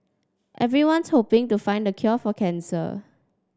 everyone's hoping to find the cure for cancer